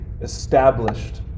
established